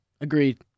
Agreed